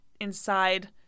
inside